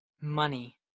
Money